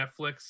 Netflix